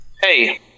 hey